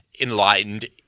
enlightened